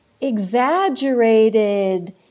exaggerated